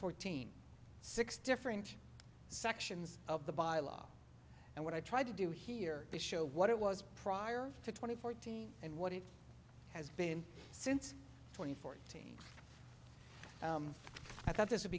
fourteen six different sections of the bylaw and what i tried to do here is show what it was prior to twenty fourteen and what it has been since twenty fourteen i thought this would